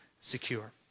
secure